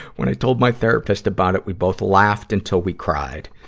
when i told my therapist about it, we both laughed until we cried.